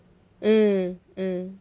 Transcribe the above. mm mm